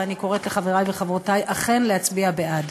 ואני קוראת לחברי וחברותי אכן להצביע בעד.